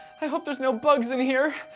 i hope there's no bugs in here.